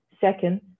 second